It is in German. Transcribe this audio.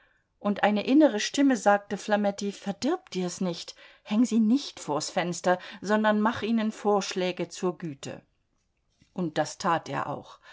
und eine innere stimme sagte flametti verdirb dir's nicht häng sie nicht vors fenster sondern mach ihnen vorschläge zur güte und das tat er auch